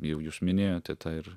jau jūs minėjote tą ir